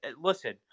listen